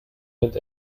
and